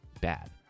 bad